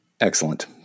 Excellent